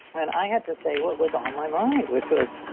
and i had to say what was on my mind, which was,